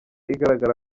igaragara